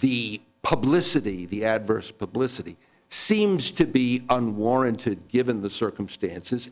the publicity the adverse publicity seems to be unwarranted given the circumstances